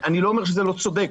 אני לא אומר שזה לא צודק,